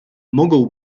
mogą